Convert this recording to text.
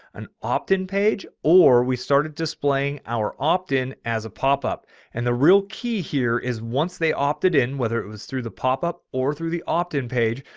an opt in page, or we started displaying our optin as a popup. and the real key here is once they opted in whether it was through the popup or through the opt in page,